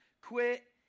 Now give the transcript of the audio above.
quit